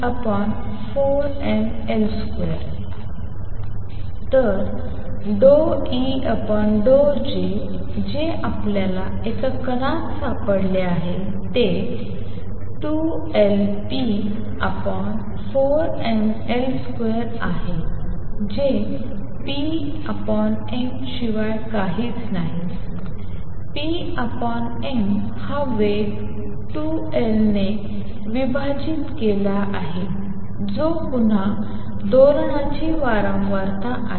तर ∂E∂J जे आपल्याला एका कणात सापडले आहे ते 2Lp4mL2 आहे जे p m शिवाय काहीच नाही p m हा वेग 2L ने विभाजित केला आहे जो पुन्हा दोलनाची वारंवारता आहे